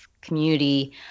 community